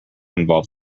involve